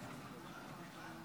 חבריי חברי הכנסת,